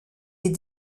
est